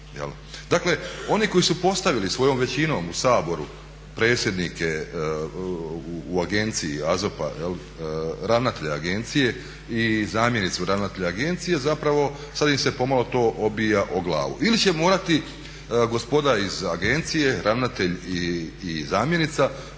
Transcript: Dakle, oni koji su postavili svojom većinom u Saboru predsjednike u agenciji AZOP-a jel' ravnatelja agencije i zamjenicu ravnatelja agencije zapravo sad im se pomalo to obija o glavu. Ili će morati gospoda iz agencije, ravnatelj i zamjenica